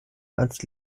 als